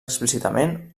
explícitament